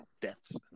deaths